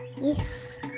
Yes